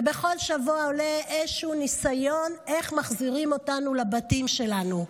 ובכל שבוע עולה איזשהו ניסיון איך מחזירים אותנו לבתים שלנו.